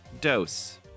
dose